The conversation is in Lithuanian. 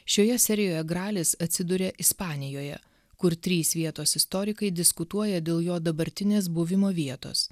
šioje serijoje gralis atsiduria ispanijoje kur trys vietos istorikai diskutuoja dėl jo dabartinės buvimo vietos